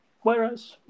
whereas